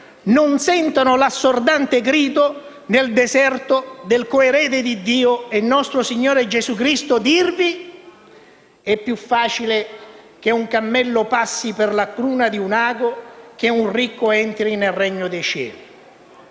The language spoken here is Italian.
non sentano l'assordante grido nel deserto del coerede di Dio e nostro signore Gesù Cristo dirvi: «È più facile che un cammello passi per la cruna di un ago, che un ricco entri nel Regno dei Cieli»!